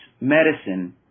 medicine